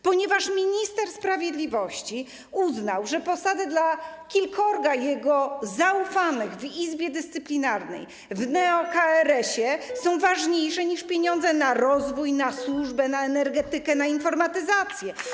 Ponieważ minister sprawiedliwości uznał, że posady dla kilkorga jego zaufanych w Izbie Dyscyplinarnej, w neo-KRSie są ważniejsze niż pieniądze na rozwój, na służbę, na energetykę, na informatyzację.